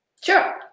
Sure